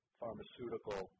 pharmaceutical